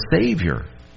savior